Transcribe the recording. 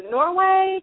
Norway